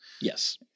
yes